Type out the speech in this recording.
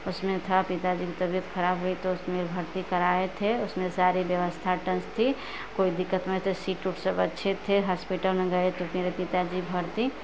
उसमें था पिताजी की तबीयत खराब हुई तो उसमें भर्ती कराए थे उसमें सारी व्यवस्था टंच थी कोई दिक्कत नहीं थी सीट उट सब अच्छे थे हस्पिटल में गये तो मेरे पिताजी भर्ती